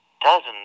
dozens